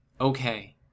Okay